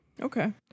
Okay